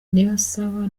niyonsaba